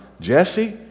Jesse